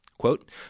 quote